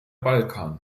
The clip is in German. balkan